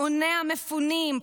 המוני המפונים,